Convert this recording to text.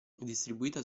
distribuita